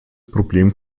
problem